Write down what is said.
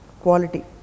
quality